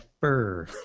fur